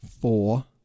Four